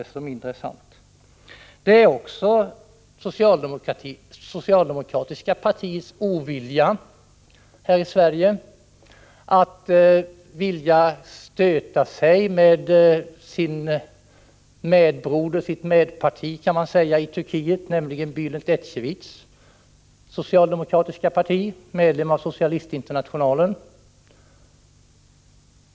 En annan återhållande faktor är det svenska socialdemokratiska partiets ovilja att stöta sig med sitt broderparti i Turkiet, nämligen Bälent Ecevits socialdemokratiska parti, medlem av Socialistinternationalen.